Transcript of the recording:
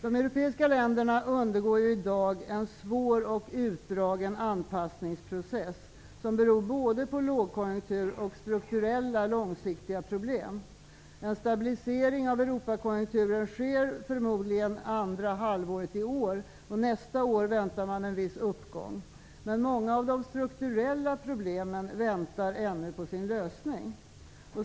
De europeiska länderna undergår i dag en svår och utdragen anpassningsprocess, som beror både på lågkonjunktur och på strukturella, långsiktiga problem. En stabilisering av Europakonjunkturen sker förmodligen andra halvåret i år, och nästa år väntas en viss uppgång. Men många av de strukturella problemen väntar ännu på sin lösning.